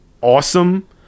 awesome